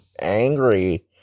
angry